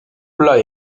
plat